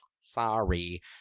sorry